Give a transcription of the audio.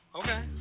okay